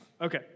Okay